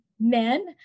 men